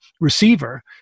receiver